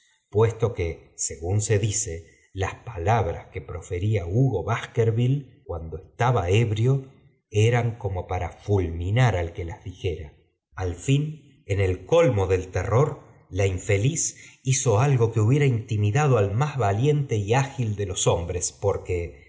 puesto que según se dice isa palabras que profería hugo baskerville cuando estaba ebrio eran como para afulminar al que las dijera al fin en el colmo del terror la infeliz hizo algo que hubiera intimidando al más valiente y ágil de los hombres porque